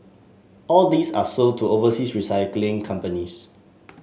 all these are sold to overseas recycling companies